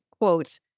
Quote